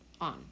on